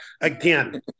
again